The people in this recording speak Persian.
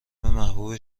محبوب